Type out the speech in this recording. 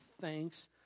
thanks